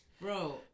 Bro